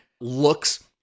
looks